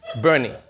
Bernie